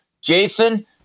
Jason